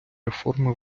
реформи